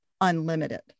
unlimited